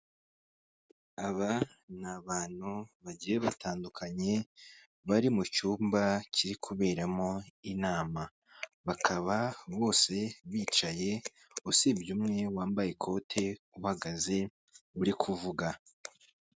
Aba ni abantu bagiye batandukanye bari mu cyumba kiri kuberamo inama, bakaba bose bicaye usibye umwe wambaye ikote uhagaze uri kuvuga.